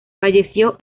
falleció